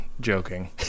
joking